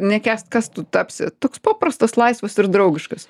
nekęst kas tu tapsi toks paprastas laisvas ir draugiškas